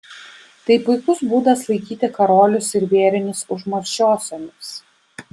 tai puikus būdas laikyti karolius ir vėrinius užmaršiosioms